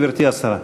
גברתי השרה.